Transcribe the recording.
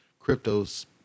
cryptos